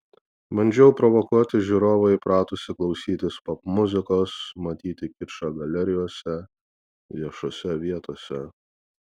bandžiau provokuoti žiūrovą įpratusį klausytis popmuzikos matyti kičą galerijose viešose vietose